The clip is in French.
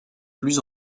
plus